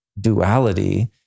duality